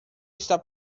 está